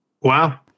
Wow